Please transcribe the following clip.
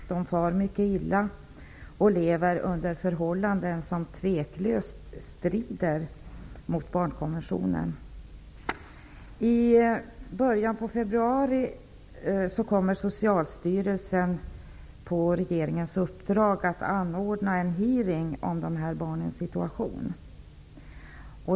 De far mycket illa och lever under förhållanden som tveklöst strider mot barnkonventionen. I början på februari kommer Socialstyrelsen på regeringens uppdrag att anordna en hearing om dessa barns situation.